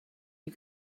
you